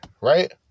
right